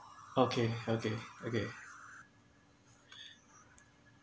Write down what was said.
okay okay okay